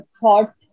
thought